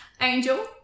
Angel